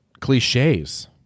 cliches